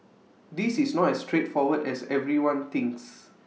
this is not as straightforward as everyone thinks